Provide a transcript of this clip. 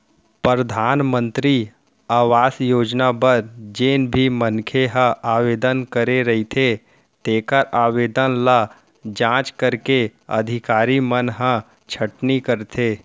परधानमंतरी आवास योजना बर जेन भी मनखे ह आवेदन करे रहिथे तेखर आवेदन ल जांच करके अधिकारी मन ह छटनी करथे